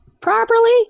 properly